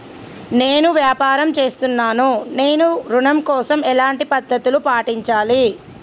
నేను వ్యాపారం చేస్తున్నాను నేను ఋణం కోసం ఎలాంటి పద్దతులు పాటించాలి?